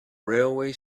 railway